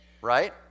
right